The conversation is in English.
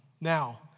Now